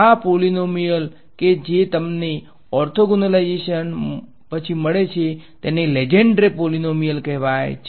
આ પોલીનોમીયલ ઓ કે જે તમને ઓર્થોગોનાલાઈઝેશન પછી મળે છે તેને લેજેંડ્રે પોલીનોમીયલ કહેવાય છે